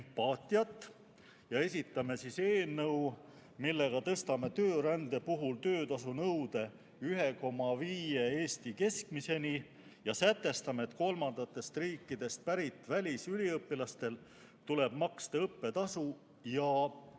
ja esitame eelnõu, millega tõstame töörände puhul töötasu nõude 1,5 Eesti keskmiseni ja sätestame, et kolmandatest riikidest pärit välisüliõpilastel tuleb maksta õppetasu.